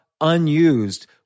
unused